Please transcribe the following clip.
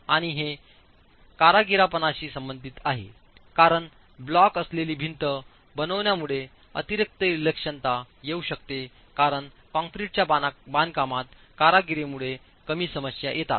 आणि हे कारागीरपणाशी संबंधित आहे कारण ब्लॉक असलेली भिंत बनविण्यामुळे अतिरिक्त विलक्षणता येऊ शकते कारण कंक्रीटच्या बांधकामात कारागिरीमुळे कमी समस्या येतात